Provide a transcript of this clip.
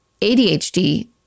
ADHD